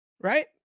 Right